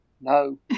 No